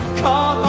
call